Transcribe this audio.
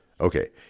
Okay